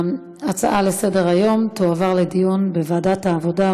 ההצעה לסדר-היום תועבר לדיון בוועדת העבודה,